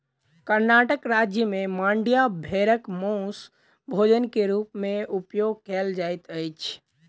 कर्णाटक राज्य में मांड्या भेड़क मौस भोजन के रूप में उपयोग कयल जाइत अछि